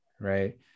Right